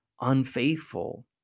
unfaithful